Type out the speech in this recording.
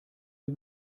sie